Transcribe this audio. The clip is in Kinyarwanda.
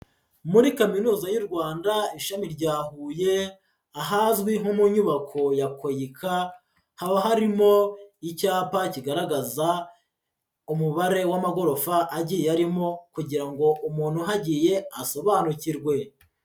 Muri Kaminuza y'u Rwanda ishami rya Huye, ahazwi nko mu nyubako ya Koyika, haba harimo icyapa kigaragaza, umubare w'amagorofa agiye yarimo, kugira ngo umuntu uhagiye asobanukirwe.